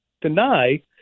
deny